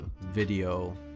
video